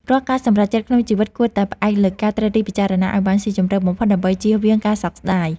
រាល់ការសម្រេចចិត្តក្នុងជីវិតគួរតែផ្អែកលើការត្រិះរិះពិចារណាឱ្យបានស៊ីជម្រៅបំផុតដើម្បីចៀសវាងការសោកស្តាយ។